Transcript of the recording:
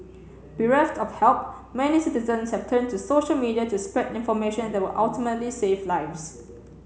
bereft of help many citizens have turned to social media to spread information that would ultimately save lives